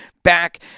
back